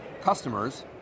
customers